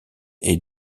est